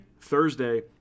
Thursday